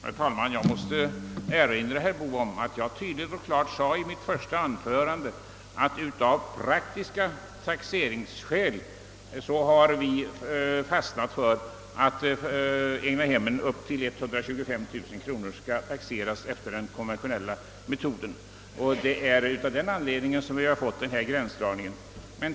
Herr talman! Jag måste erinra herr Boo om att jag tydligt och klart i mitt första anförande framhöll att vi av prakjiska taxeringsskäl har fastnat för att egnahem upp till 125 000 kronors taxeringsvärde skall taxeras efter schablonmetoden. Detta är anledningen till att vi har föreslagit denna gränsdragning.